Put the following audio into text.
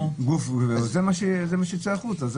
זה מה שייצא החוצה.